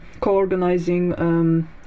co-organizing